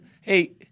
hey